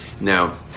Now